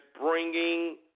bringing